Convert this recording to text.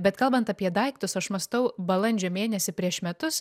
bet kalbant apie daiktus aš mąstau balandžio mėnesį prieš metus